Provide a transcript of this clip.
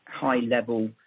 high-level